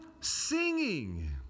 singing